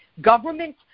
government